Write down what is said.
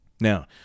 now